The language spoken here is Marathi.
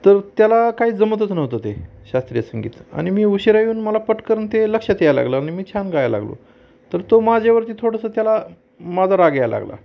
तर त्याला काहीच जमतच नव्हतं ते शास्त्रीय संगीत आणि मी उशिरा येऊन मला पटकन ते लक्षात यायला लागलं आणि मी छान गायला लागलो तर तो माझ्यावरती थोडंसं त्याला माझा राग यायला लागला